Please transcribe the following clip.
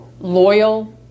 loyal